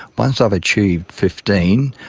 once i've achieved fifteen,